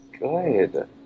good